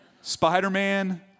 Spider-Man